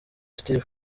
steven